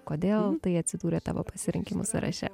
kodėl tai atsidūrė tavo pasirinkimų sąraše